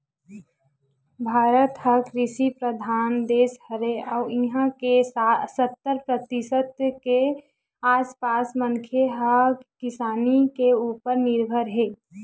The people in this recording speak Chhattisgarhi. भारत ह कृषि परधान देस हरय अउ इहां के सत्तर परतिसत के आसपास मनखे ह किसानी के उप्पर निरभर हे